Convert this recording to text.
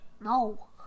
No